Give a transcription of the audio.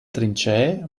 trincee